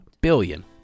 billion